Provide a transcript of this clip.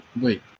Wait